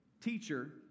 teacher